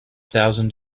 thousand